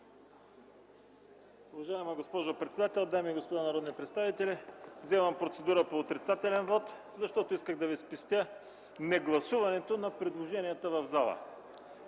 Уважаема госпожо председател, дами господа народни представители! Вземам думата за процедура по отрицателен вот, защото исках да Ви спестя не гласуването на предложенията в залата,